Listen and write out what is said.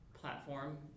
platform